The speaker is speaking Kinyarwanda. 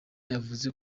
yavuze